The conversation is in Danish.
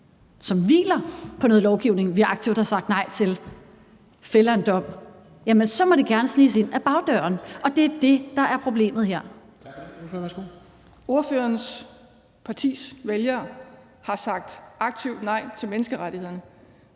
som hviler på noget lovgivning, vi aktivt har sagt nej til, fælder en dom, så må det gerne sniges ind ad bagdøren, og det er det, der er problemet her. Kl. 14:15 Formanden (Henrik Dam Kristensen): Tak for det.